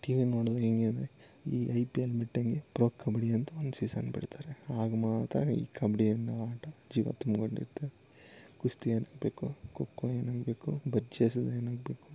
T V ನೋಡುದು ಹೇಗೆ ಅಂದರೆ ಈ ಐ ಪಿ ಎಲ್ ಬಿಟ್ಟಂಗೆ ಪ್ರೋ ಕಬಡ್ಡಿ ಅಂತ ಒಂದು ಸೀಸನ್ ಬಿಡ್ತಾರೆ ಆಗ ಮಾತ್ರ ಈ ಕಬಡ್ಡಿ ಅನ್ನೋ ಆಟ ಜೀವ ತುಂಬಿಕೊಂಡಿರುತ್ತೆ ಕುಸ್ತಿ ಏನಾಗಬೇಕು ಕೊಕ್ಕೋ ಏನಾಗಬೇಕು ಭರ್ಜಿ ಎಸೆತ ಏನಾಗಬೇಕು